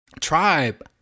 Tribe